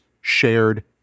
Shared